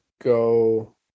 go